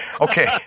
Okay